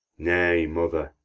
nay, mother,